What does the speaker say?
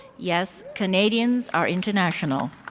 yes, canadians are international.